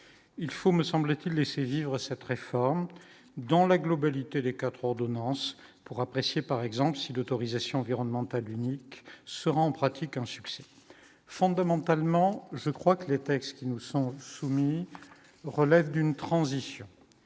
il faut me semble-t-il laisser vivre cette réforme dans la globalité des 4 ordonnances pour apprécier, par exemple, si d'autorisation environnementale unique sera en pratique un succès fondamentalement je crois que les textes qui nous sont soumis, relève d'une transition,